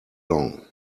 long